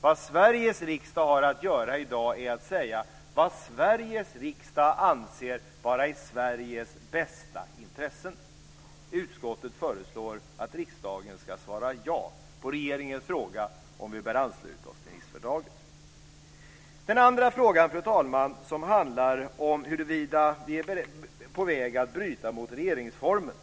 Vad Sveriges riksdag har att göra i dag är att säga vad Sveriges riksdag anser vara av största intresse för Sverige. Utskottet föreslår att riksdagen ska svara ja på regeringens fråga om vi bör ansluta oss till Nicefördraget. Den andra kommentaren, fru talman, handlar om huruvida vi är på väg att bryta mot regeringsformen.